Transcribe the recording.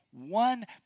One